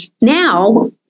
Now